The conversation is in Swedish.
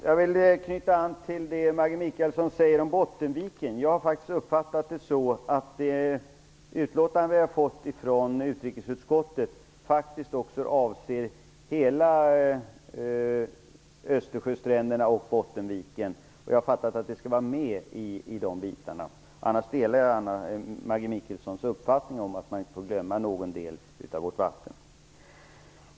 Herr talman! Jag vill knyta an till det Maggi Mikaelsson säger om Bottenviken. Jag har uppfattat det så att utlåtandet från utrikesutskottet faktiskt också avser hela Östersjön och Bottenviken. Jag har fattat att det skall vara med. Annars delar jag Maggi Mikalelssons uppfattning att man inte får glömma någon del av våra vatten.